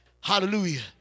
Hallelujah